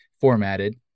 formatted